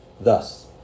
Thus